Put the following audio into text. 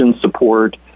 support